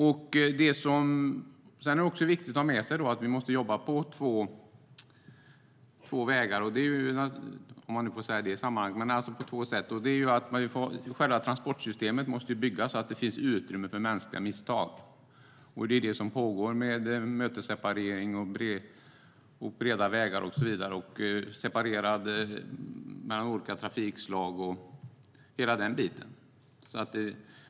Sedan är det viktigt att ha med sig att vi måste jobba på två sätt. Själva transportsystemet måste byggas så att det finns utrymme för mänskliga misstag. Det är det som pågår med mötesseparering, breda vägar och så vidare. Och det handlar om att separera olika trafikslag och hela den biten.